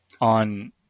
on